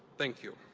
thank you.